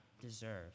deserve